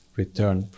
return